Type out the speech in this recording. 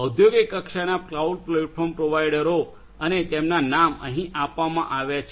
ઔદ્યોગિક કક્ષાના cloud platform પ્રોવાઇડરો અને તેમના નામ અહીં આપવામાં આવ્યા છે